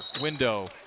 window